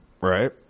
Right